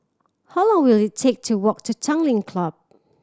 how long will it take to walk to Tanglin Club